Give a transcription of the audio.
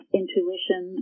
intuition